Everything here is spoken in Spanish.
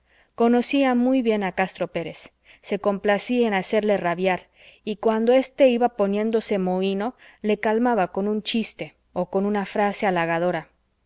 conocía muy bien a castro pérez se complacía en hacerle rabiar y cuando éste iba poniéndose mohino le calmaba con un chiste o con una frase halagadora los